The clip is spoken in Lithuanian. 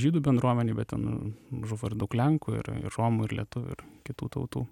žydų bendruomenei bet ten žuvo ir daug lenkų ir ir romų ir lietuvių ir kitų tautų